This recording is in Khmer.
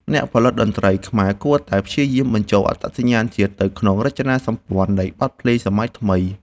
អ្នកផលិតតន្ត្រីខ្មែរគួរតែព្យាយាមបញ្ចូលអត្តសញ្ញាណជាតិទៅក្នុងរចនាសម្ព័ន្ធនៃបទភ្លេងសម័យថ្មី។